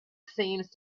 seems